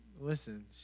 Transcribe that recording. Listen